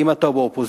אם אתה באופוזיציה,